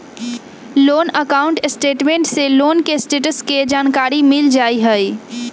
loan account statement से loan के status के जानकारी मिल जाइ हइ